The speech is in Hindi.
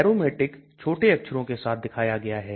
Aromatic छोटे अक्षरों के साथ दिखाया गया है